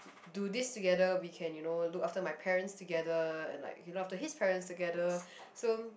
do this together we can you know look after my parents together and like look after his parents together so